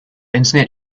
internet